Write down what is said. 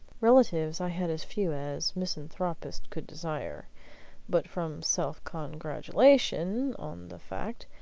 relatives i had as few as misanthropist could desire but from self-congratulation on the fact,